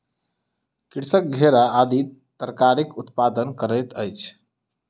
कृषक घेरा आदि तरकारीक उत्पादन करैत अछि